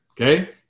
Okay